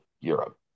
Europe